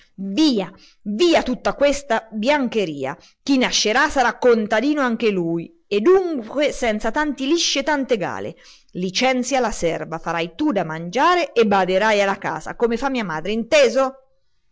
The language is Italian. via via tutta codesta biancheria chi nascerà sarà contadino anche lui e dunque senza tanti lisci e tante gale licenzia la serva farai tu da mangiare e baderai alla casa come fa mia madre inteso